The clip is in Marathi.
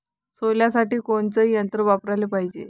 सोल्यासाठी कोनचं यंत्र वापराले पायजे?